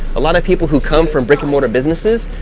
a lot of people who come from brick and mortar businesses,